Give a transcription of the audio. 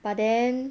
but then